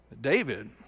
David